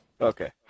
Okay